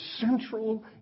central